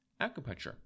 acupuncture